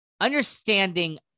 Understanding